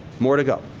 more to go.